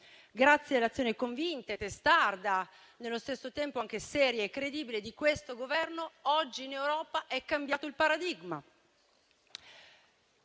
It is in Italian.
Grazie all'azione convinta e testarda, nello stesso tempo anche seria e credibile, di questo Governo, oggi in Europa è cambiato il paradigma.